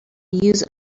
use